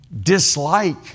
dislike